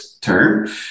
term